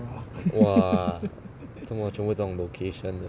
!wah! 怎么全部这种 location 的